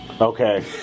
Okay